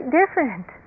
different